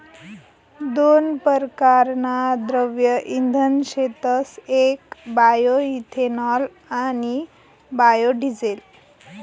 दोन परकारना द्रव्य इंधन शेतस येक बायोइथेनॉल आणि बायोडिझेल